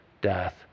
death